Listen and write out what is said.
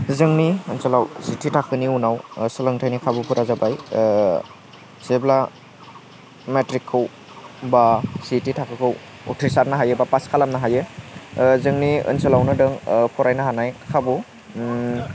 जोंनि ओनसोलाव जिथि थाखोनि उनाव सोलोंथायनि खाबुफोरा जाबाय जेब्ला मेट्रिकखौ बा जिथि थाखोखौ उथ्रिसारनो हायो बा पास खालामनो हायो जोंनि ओनसोलावनो जों फरायनो हानाय खाबु